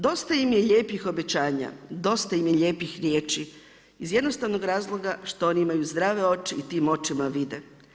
Dosta im je lijepih obećanja, dosta im je lijepih riječi, iz jednostavnog razloga što oni imaju zdrave oči i tim očima vide.